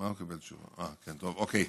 אוקיי.